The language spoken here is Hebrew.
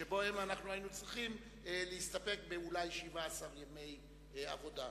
שבהם היינו צריכים להסתפק ב-17 ימי עבודה.